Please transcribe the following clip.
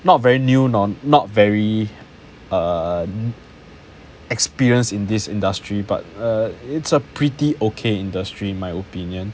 not very new nor not very err experienced in this industry but err it's a pretty okay industry in my opinion